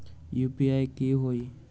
UPI की होई?